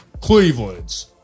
Cleveland's